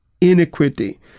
iniquity